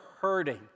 hurting